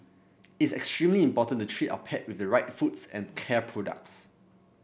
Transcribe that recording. it's extremely important to treat our pet with the right foods and care products